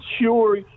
sure